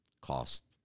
cost